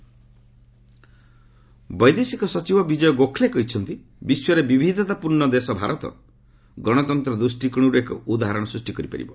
FS Raisina ବୈଦେଶିକ ସଚିବ ବିଜୟ ଗୋଖ୍ଲେ କହିଛନ୍ତି ବିଶ୍ୱରେ ବିବିଧତାପୂର୍ଣ୍ଣ ଦେଶ ଭାରତ ଗଣତନ୍ତ୍ର ଦୃଷ୍ଟି କୋଣର୍ ଏକ ଉଦାହରଣ ସୃଷ୍ଟି କରିପାରିବ